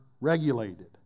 regulated